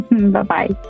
Bye-bye